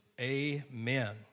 amen